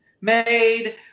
made